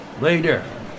Later